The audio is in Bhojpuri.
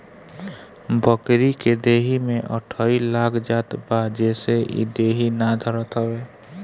बकरी के देहि में अठइ लाग जात बा जेसे इ देहि ना धरत हवे